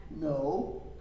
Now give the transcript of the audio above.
No